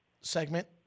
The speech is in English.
segment